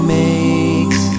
makes